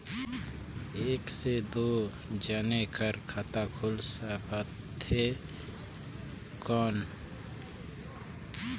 एक से दो जने कर खाता खुल सकथे कौन?